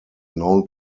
known